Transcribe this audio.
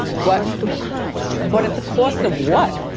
but but at the cost of what?